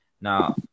Now